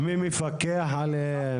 מי מפקח עליהם?